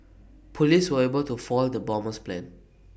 Police were able to foil the bomber's plans